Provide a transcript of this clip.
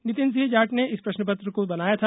नितिन सिंह जाट ने इस प्रश्न पत्र को बनाया था